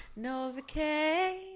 novocaine